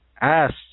asked